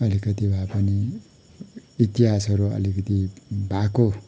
अलिकति भए पनि इतिहासहरू अलिकति भएको